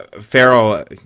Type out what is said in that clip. Farrell